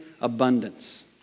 abundance